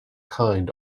kind